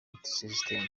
multisystem